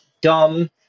dumb